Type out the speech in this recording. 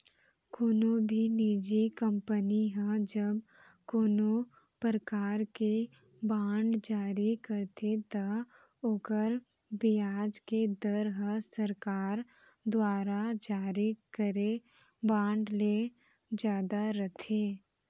कोनो भी निजी कंपनी ह जब कोनों परकार के बांड जारी करथे त ओकर बियाज के दर ह सरकार दुवारा जारी करे बांड ले जादा रथे